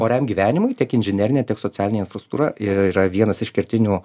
oriam gyvenimui tiek inžinerinė tiek socialinė infrastruktūra ir yra vienas iš kertinių